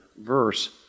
verse